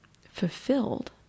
fulfilled